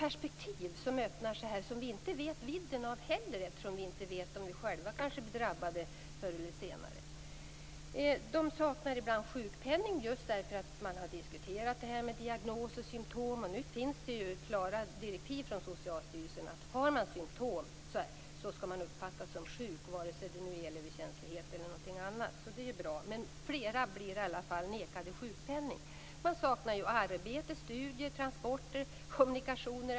Här öppnar sig perspektiv som vi inte vet vidden av, eftersom vi inte vet om vi själva drabbas förr eller senare. De drabbade saknar ibland sjukpenning, just på grund av det här med diagnos och symtom som man har diskuterat. Nu finns det klara direktiv från Socialstyrelsen som säger att har man symtom skall man uppfattas som sjuk, vare sig det nu är elöverkänslighet eller någonting annat, och det är ju bra. Men flera blir i alla fall nekade sjukpenning. De saknar arbete, studier, transporter och kommunikationer.